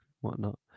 whatnot